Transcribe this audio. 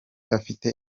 afite